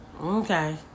Okay